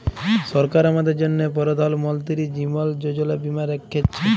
সরকার আমাদের জ্যনহে পরধাল মলতিরি জীবল যোজলা বীমা রাখ্যেছে